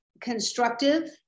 constructive